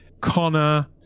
Connor